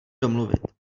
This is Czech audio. domluvit